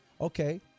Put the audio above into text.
Okay